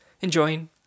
Enjoying